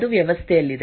ಅದು ವ್ಯವಸ್ಥೆಯಲ್ಲಿದೆ